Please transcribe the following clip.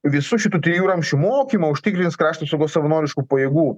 visų šitų trijų ramsčių mokymą užtikrins krašto apsaugos savanoriškų pajėgų